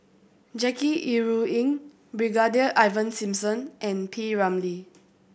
Jackie Yi Ru Ying Brigadier Ivan Simson and P Ramlee